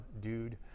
dude